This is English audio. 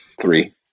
Three